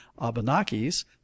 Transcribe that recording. Abenakis